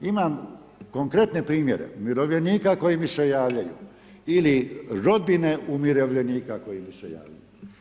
Imam konkretne primjere umirovljenika koji mi se javljaju ili rodbine umirovljenika koji mi se javljaju.